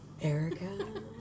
Erica